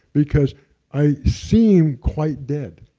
because i seem quite dead.